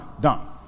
done